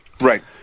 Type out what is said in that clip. right